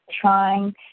trying